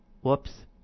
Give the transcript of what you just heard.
Whoops